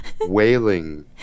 wailing